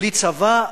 בלי צבא,